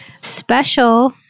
special